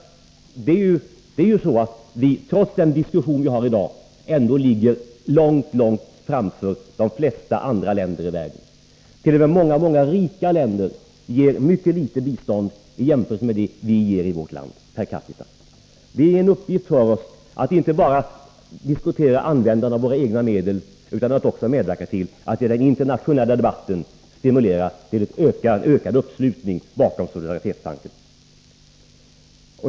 Trots den diskussion som vi för här i dag ligger vi långt före de flesta andra länder i världen i fråga om att ge bistånd. T. o. m. många rika länder ger ett litet bistånd jämfört med vad vi ger per capita. Det är en uppgift för oss att inte bara diskutera användandet av våra egna medel utan att också medverka till att i den internationella debatten stimulera till en ökad uppslutning bakom solidaritetstanken.